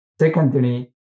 Secondly